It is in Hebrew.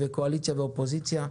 קואליציה ואופוזיציה,